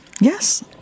Yes